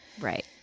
right